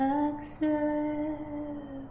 accept